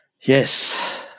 Yes